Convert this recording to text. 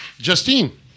Justine